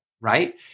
right